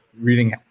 reading